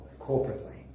corporately